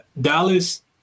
Dallas